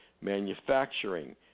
manufacturing